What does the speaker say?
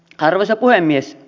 arvoisa puhemies